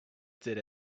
did